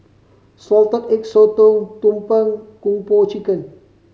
Salted Egg Sotong tumpeng Kung Po Chicken